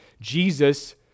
Jesus